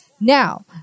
Now